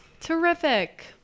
Terrific